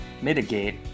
mitigate